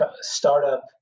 startup